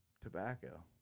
tobacco